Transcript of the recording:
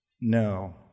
No